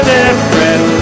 different